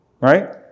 right